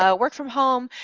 ah work from home,